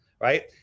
right